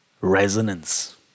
resonance